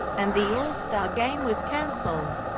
and the all-star game was cancelled.